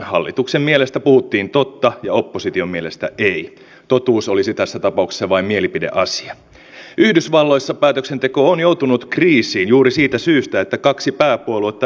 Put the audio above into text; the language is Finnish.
kertausharjoitusten ohella meillä reserviupseerien ja reserviläisten mahdollisuus omatoimiseen harjoitteluun ja ammuntatoimintaan on ollut maanpuolustustaitojen ylläpitämiseksi ja puolustuskyvyn ylläpidossa erittäin tärkeä osa